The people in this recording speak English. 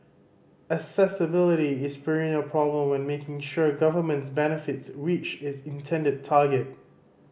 accessibility is a perennial problem when making sure governments benefits reach its intended target